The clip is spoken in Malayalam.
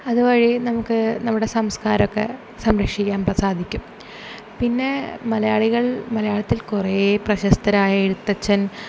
അതുവഴി നമുക്ക് നമ്മുടെ സംസ്ക്കാരമൊക്കെ സംരക്ഷിക്കാൻ സാധിക്കും പിന്നെ മലയാളികൾ മലയാളത്തിൽ കുറേ പ്രശസ്തരായ എഴുത്തച്ഛൻ